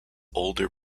older